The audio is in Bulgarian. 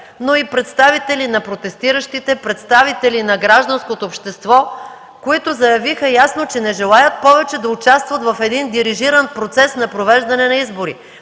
но и представители на протестиращите, представители на гражданското общество, които ясно заявиха, че не желаят повече да участват в един дирижиран процес на провеждане на избори,